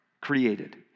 created